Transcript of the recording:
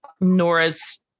Nora's